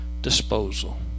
disposal